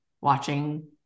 watching